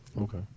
Okay